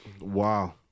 Wow